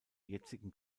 jetzigen